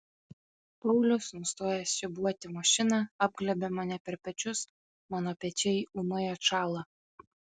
paulius nustojęs siūbuoti mašiną apglėbia mane per pečius mano pečiai ūmai atšąla